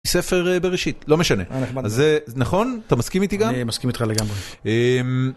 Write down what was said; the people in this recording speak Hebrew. ספר בראשית. לא משנה. נכון? אתה מסכים איתי גם? אני מסכים איתך לגמרי.